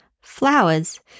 flowers